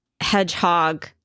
hedgehog